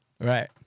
right